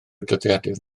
dyddiadur